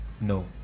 no